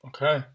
Okay